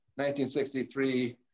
1963